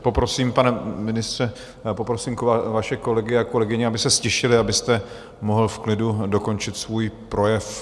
Poprosím, pane ministře, poprosím vaše kolegy a kolegyně, aby se ztišili, abyste mohl v klidu dokončit svůj projev.